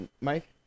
Mike